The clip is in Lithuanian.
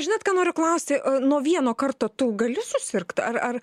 žinot ką noriu klausti a nuo vieno karto tu gali susirgt ar ar